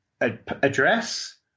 address